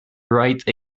write